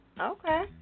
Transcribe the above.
okay